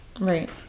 Right